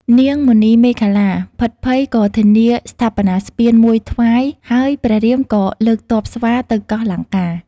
នាង មណីមេខល្លា ភិតភ័យក៏ធានាស្ថាបនាស្ពានមួយថ្វាយ ហើយព្រះរាមក៏លើកទ័ពស្វាទៅកោះលង្កា។